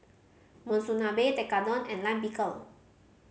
Monsunabe Tekkadon and Lime Pickle